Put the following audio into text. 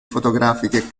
fotografiche